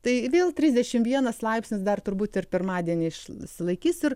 tai vėl trisdešim vienas laipsnis dar turbūt ir pirmadienį išsilaikys ir